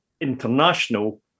international